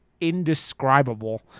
indescribable